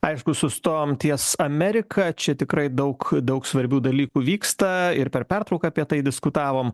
aišku sustojom ties amerika čia tikrai daug daug svarbių dalykų vyksta ir per pertrauką apie tai diskutavom